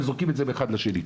הם זורקים את זה מאחד לשני.